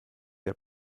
der